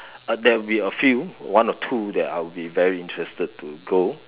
uh there will be a few one or two that I'll be very interested to go